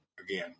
again